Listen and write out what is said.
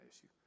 issue